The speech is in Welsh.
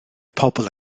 pobl